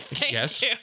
Yes